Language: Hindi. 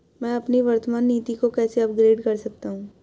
मैं अपनी वर्तमान नीति को कैसे अपग्रेड कर सकता हूँ?